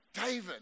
David